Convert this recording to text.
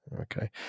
Okay